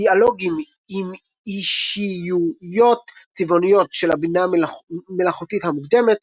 דיאלוגים עם אישיויות צבעוניות של הבינה מלאכותית המוקדמת,